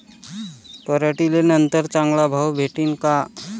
पराटीले नंतर चांगला भाव भेटीन का?